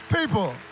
People